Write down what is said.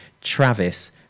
Travis